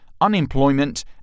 unemployment